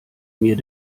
mir